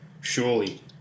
surely